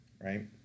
right